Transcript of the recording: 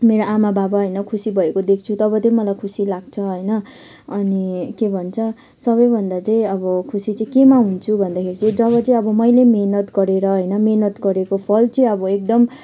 मेरो आमा बाबा होइन खुसी भएको देख्छु तब चाहिँ मलाई खुसी लाग्छ होइन अनि के भन्छ सबैभन्दा चाहिँ अब खुसी चाहिँ केमा हुन्छु भन्दाखेरि चाहिँ जब चाहिँ अब मैले मेहनत गरेर होइन मेहनत गरेको फल चाहिँ अब एकदम